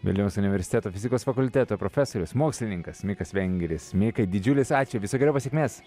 vilniaus universiteto fizikos fakulteto profesorius mokslininkas mikas vengris mikai didžiulis ačiū visokeriopos sėkmės